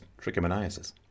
trichomoniasis